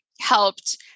helped